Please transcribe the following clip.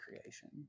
creation